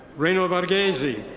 reynor vargezi.